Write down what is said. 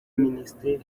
minisiteri